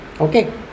okay